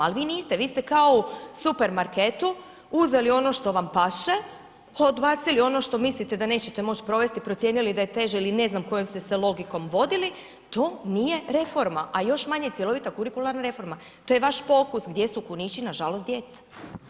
Ali vi niste, vi ste kao u supermarketu uzeli ono što vam paše, odbacili ono što mislite da nećete moći provesti, procijenili da je teže ili ne znam kojom ste se logikom vodili, to nije reforma, a još manje cjelovita kurikularna reforma, to je vaš pokus gdje su kunići nažalost djeca.